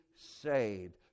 saved